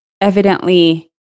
evidently